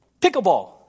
pickleball